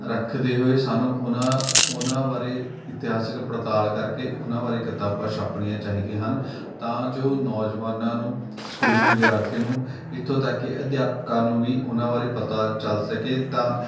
ਰੱਖਦੇ ਹੋਏ ਸਾਨੂੰ ਉਹਨਾਂ ਉਨ੍ਹਾਂ ਬਾਰੇ ਇਤਿਹਾਸਿਕ ਪੜਤਾਲ ਕਰਕੇ ਉਹਨਾਂ ਬਾਰੇ ਕਿਤਾਬਾਂ ਛਾਪਣੀਆਂ ਚਾਹੀਦੀਆਂ ਹਨ ਤਾਂ ਜੋ ਨੌਜਵਾਨਾਂ ਨੂੰ ਸਕੂਲੀ ਵਿਦਿਆਰਥੀਆਂ ਨੂੰ ਇੱਥੋਂ ਤੱਕ ਕਿ ਅਧਿਆਪਕਾਂ ਨੂੰ ਵੀ ਉਹਨਾਂ ਬਾਰੇ ਪਤਾ ਚੱਲ ਸਕੇ ਤਾਂ